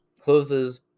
Closes